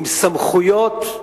עם סמכויות,